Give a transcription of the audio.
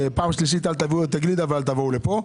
פעם שלישית אל תביאו את הגלידה ואל תבואו לפה,